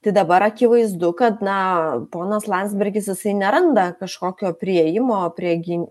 tai dabar akivaizdu kad na ponas landsbergis jisai neranda kažkokio priėjimo prie gin